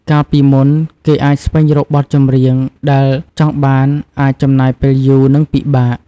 កាលពីមុន គេអាចស្វែងរកបទចម្រៀងដែលចង់បានអាចចំណាយពេលយូរ និងពិបាក។